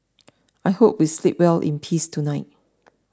I hope we sleep well in peace tonight